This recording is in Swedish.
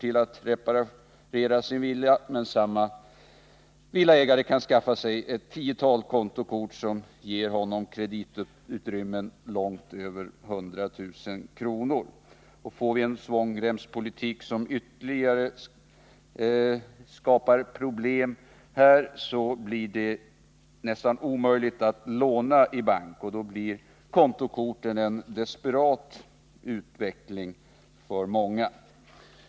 till reparation av sin villa, men samme villaägare kan skaffa sig ett tiotal kontokort, som ger honom kreditutrymmen långt över 100 000 kr. Får vi en svångremspolitik, som ytterligare skapar problem här, blir det nästan omöjligt att låna i bank, och då blir kontokorten en desperat utveckling för många.